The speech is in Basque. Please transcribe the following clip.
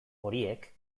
horiek